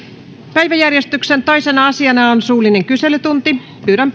päiväjärjestyksen toisena asiana on suullinen kyselytunti pyydän